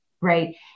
right